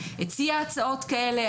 הציע הצעות כאלה.